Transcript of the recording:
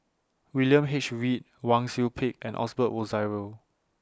William H Read Wang Sui Pick and Osbert Rozario